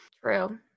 True